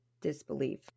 disbelief